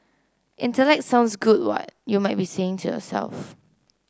intellect sounds good what you might be saying to yourself